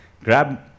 Grab